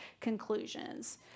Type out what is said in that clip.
conclusions